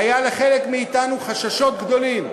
היו לחלק מאתנו חששות גדולים,